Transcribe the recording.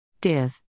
div